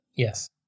Yes